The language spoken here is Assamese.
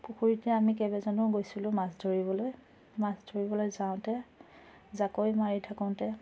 পুখুৰীতে আমি কেইবাজনো গৈছিলোঁ মাছ ধৰিবলৈ মাছ ধৰিবলৈ যাওঁতে জাকৈ মাৰি থাকোঁতে